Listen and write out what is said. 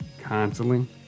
constantly